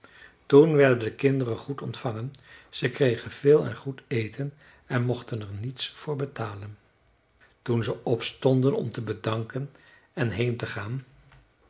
toen werden de kinderen goed ontvangen ze kregen veel en goed eten en mochten er niets voor betalen toen ze opstonden om te bedanken en heen te gaan